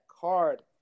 card